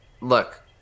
Look